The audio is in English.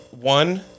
One